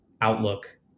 outlook